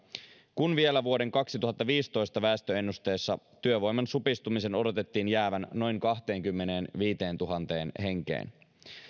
kun vielä vuoden kaksituhattaviisitoista väestöennusteessa työvoiman supistumisen odotettiin jäävän noin kahteenkymmeneenviiteentuhanteen henkeen